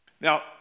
Now